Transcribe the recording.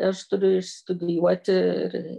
aš turiu išstudijuoti ir